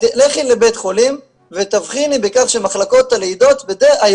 לכי לבית חולים ותבחיני בכך שמחלקות היולדות